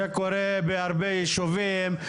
זה קורה בהרבה ישובים,